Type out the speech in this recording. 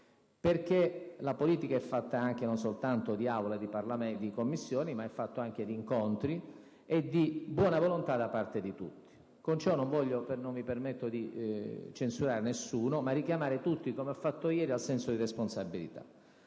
resto, la politica non è fatta soltanto di Aula e di Commissioni, ma anche di incontri e di buona volontà da parte di tutti. Con ciò non voglio, né mi permetto di censurare nessuno, ma intendo richiamare tutti, come ho fatto ieri, al senso di responsabilità.